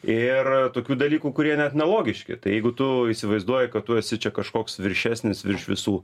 ir tokių dalykų kurie net nelogiški tai jeigu tu įsivaizduoji kad tu esi čia kažkoks viršesnis virš visų